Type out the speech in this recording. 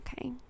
Okay